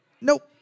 Nope